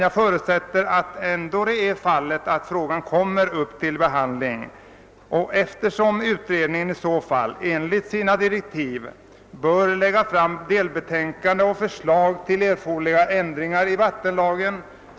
Jag förutsätter emellertid att frågan tas upp till behandling, eftersom utredningen enligt sina direktiv bör lägga fram delbetänkanden och förslag till erforderliga ändringar i vattenlagen.